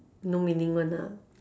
no meaning [one] lah